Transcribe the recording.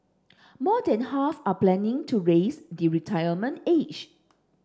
more than half are planning to raise the retirement age